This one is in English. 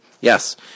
yes